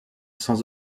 sans